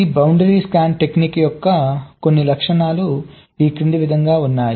ఈ boundary scan technique యొక్క కొన్ని లక్షణాలు ఈ క్రింది విధంగా ఉన్నాయి